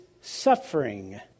suffering